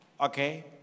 okay